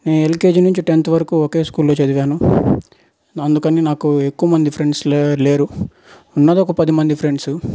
LKG నుంచి tenth వరకు ఒకే స్కూల్లో చదివాను అందుకని నాకు ఎక్కువ మంది ఫ్రెండ్స్ లేరు ఉన్నది ఒక పది మంది ఫ్రెండ్స్